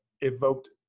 evoked